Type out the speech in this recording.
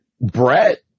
Brett